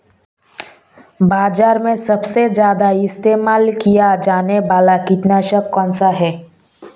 बाज़ार में सबसे ज़्यादा इस्तेमाल किया जाने वाला कीटनाशक कौनसा है?